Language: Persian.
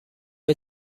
های